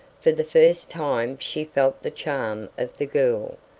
for the first time she felt the charm of the girl,